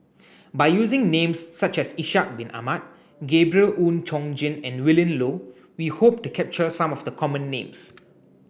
by using names such as Ishak Bin Ahmad Gabriel Oon Chong Jin and Willin Low we hope to capture some of the common names